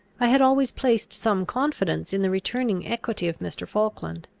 i had always placed some confidence in the returning equity of mr. falkland.